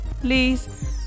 please